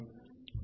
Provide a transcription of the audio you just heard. બરાબર